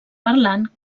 parlant